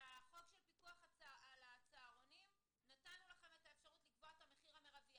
בחוק של הפיקוח על הצהרונים נתנו לכם את האפשרות לקבוע את המחיר המרבי.